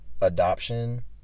adoption